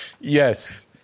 Yes